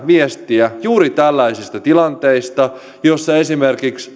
viestiä juuri tällaisista tilanteista joissa esimerkiksi